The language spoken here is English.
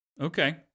okay